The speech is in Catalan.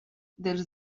dels